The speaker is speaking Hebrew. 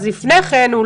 לפני כן,